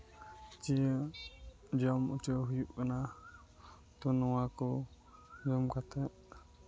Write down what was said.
ᱡᱚᱢ ᱚᱪᱚ ᱦᱩᱭᱩᱜ ᱠᱟᱱᱟ ᱛᱚ ᱱᱚᱣᱟ ᱠᱚ ᱡᱚᱢ ᱠᱟᱛᱮ